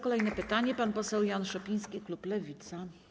Kolejne pytanie zada pan poseł Jan Szopiński, klub Lewica.